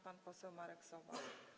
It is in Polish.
Pan poseł Marek Sowa.